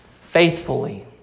faithfully